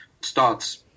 starts